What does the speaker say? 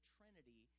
Trinity